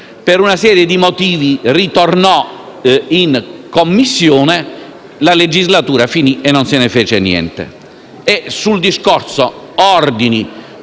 per una serie di motivi, ritornò in Commissione, la legislatura finì e non se ne fece niente.